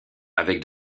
avec